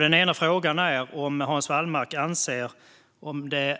Den ena frågan är: Anser Hans Wallmark att spänningen skulle